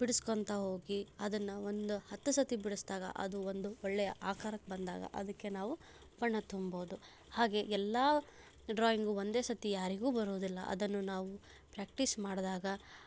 ಬಿಡಿಸ್ಕೊತಾ ಹೋಗಿ ಅದನ್ನು ಒಂದು ಹತ್ತು ಸತಿ ಬಿಡಿಸಿದಾಗ ಅದು ಒಂದು ಒಳ್ಳೆಯ ಆಕಾರಕ್ಕೆ ಬಂದಾಗ ಅದಕ್ಕೆ ನಾವು ಬಣ್ಣ ತುಂಬೌದು ಹಾಗೆ ಎಲ್ಲ ಡ್ರಾಯಿಂಗು ಒಂದೇ ಸತಿ ಯಾರಿಗೂ ಬರುವುದಿಲ್ಲ ಅದನ್ನು ನಾವು ಪ್ರ್ಯಾಕ್ಟೀಸ್ ಮಾಡಿದಾಗ